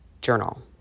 journal